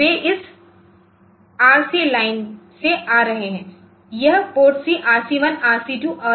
वे इस R C लाइनों से आ रहे हैं यह PORTC RC1 RC2 और RC3 बिट्स हैं